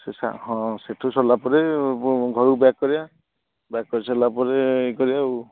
ସେ ହଁ ସେଇଠୁ ସାରିଲା ପରେ ଘରକୁ ବ୍ୟାକ୍ କରିବା ବ୍ୟାକ୍ କରିସାରିଲା ପରେ ଇଏ କରିବା ଆଉ